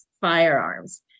firearms